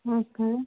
okay